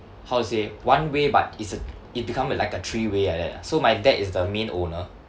how to say one way but is a it become like a three way like that ah so my dad is the main owner